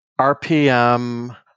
RPM